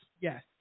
yes